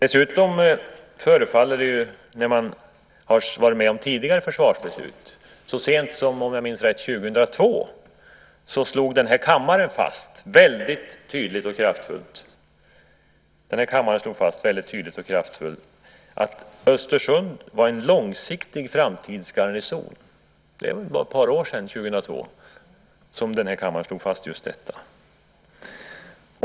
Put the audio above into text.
Så sent som 2002, om jag minns rätt, slog den här kammaren fast väldigt tydligt och kraftfullt att Östersund var en långsiktig framtidsgarnison. Det var för bara ett par år sedan, 2002, som denna kammare slog fast just detta.